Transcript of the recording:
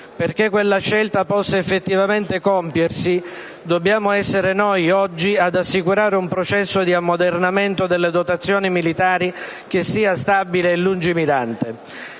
Perché quella scelta possa effettivamente compiersi, dobbiamo essere noi oggi ad assicurare un processo di ammodernamento delle dotazioni militari che sia stabile e lungimirante.